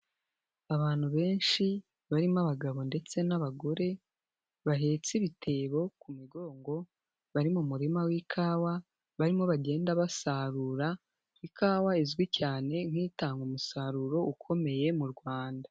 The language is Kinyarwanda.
Abantu benshi barimo abagabo ndetse n'abagore bahetse ibitebo ku migongo, bari mu murima w'ikawa barimo bagenda basarura ikawa izwi cyane nk'itanga umusaruro ukomeye mu Rwanda.